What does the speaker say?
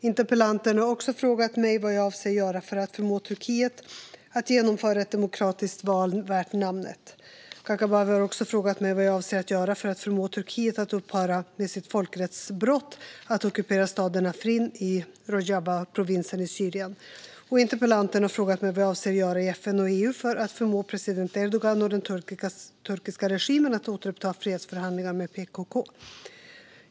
Interpellanten har också frågat mig vad jag avser att göra för att förmå Turkiet att genomföra ett demokratiskt val värt namnet. Kakabaveh har även frågat vad jag avser att göra för att förmå Turkiet att upphöra med sitt folkrättsbrott: att ockupera staden Afrin i Rojavaprovinsen i Syrien. Slutligen har interpellanten frågat mig vad jag avser att göra i FN och EU för att förmå president Erdogan och den turkiska regimen att återuppta fredsförhandlingar med PKK.